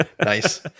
nice